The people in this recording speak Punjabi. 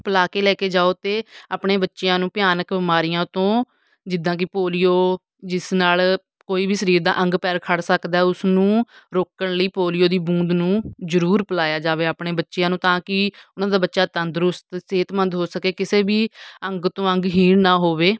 ਪਿਲਾ ਕੇ ਲੈ ਕੇ ਜਾਉ ਅਤੇ ਆਪਣੇ ਬੱਚਿਆਂ ਨੂੰ ਭਿਆਨਕ ਬਿਮਾਰੀਆਂ ਤੋਂ ਜਿੱਦਾਂ ਕਿ ਪੋਲੀਓ ਜਿਸ ਨਾਲ ਕੋਈ ਵੀ ਸਰੀਰ ਦਾ ਅੰਗ ਪੈਰ ਖੜ੍ਹ ਸਕਦਾ ਉਸਨੂੰ ਰੋਕਣ ਲਈ ਪੋਲੀਓ ਦੀ ਬੂੰਦ ਨੂੰ ਜ਼ਰੂਰ ਪਿਲਾਇਆ ਜਾਵੇ ਆਪਣੇ ਬੱਚਿਆਂ ਨੂੰ ਤਾਂ ਕਿ ਉਹਨਾਂ ਦਾ ਬੱਚਾ ਤੰਦਰੁਸਤ ਸਿਹਤਮੰਦ ਹੋ ਸਕੇ ਕਿਸੇ ਵੀ ਅੰਗ ਤੋਂ ਅੰਗਹੀਣ ਨਾ ਹੋਵੇ